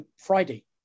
Friday